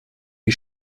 wie